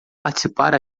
participar